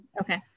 Okay